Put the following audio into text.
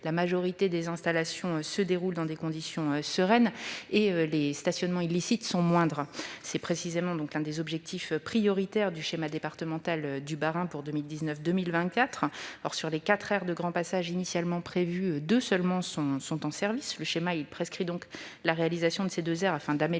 la majorité des installations se déroulent dans des conditions sereines et les stationnements illicites sont moindres. C'est précisément l'un des objectifs prioritaires du schéma départemental du Bas-Rhin 2019-2024. Sur les quatre aires de grand passage initialement prévues, deux seulement sont en service. Le schéma prescrit donc la réalisation de ces deux aires afin d'améliorer